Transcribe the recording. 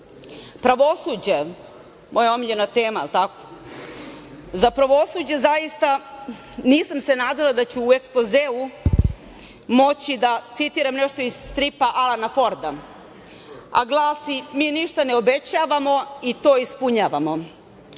naznakama. Pravosuđe, moja omiljena tema, zaista se nisam nadala da će u ekspozeu moći da citiram nešto iz stripa Alana Forda, a glasi – mi ništa ne obećavamo i to ispunjavamo.